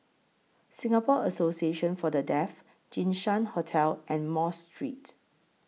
Singapore Association For The Deaf Jinshan Hotel and Mosque Street